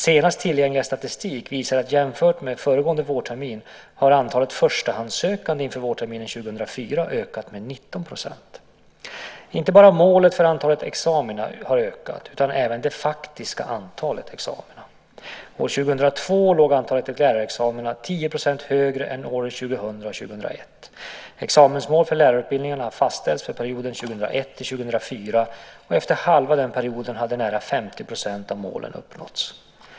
Senaste tillgängliga statistik visar att jämfört med föregående vårtermin har antalet förstahandssökande inför vårterminen 2004 ökat med 19 %. Inte bara målen för antalet examina har ökat utan även det faktiska antalet examina. År 2002 låg antalet lärarexamina 10 % högre än under 2000 och 2001. Examensmål för lärarutbildningen har fastställts för perioden 2001-2004. Efter halva den perioden hade nära 50 % av målen uppnåtts.